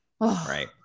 Right